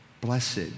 Blessed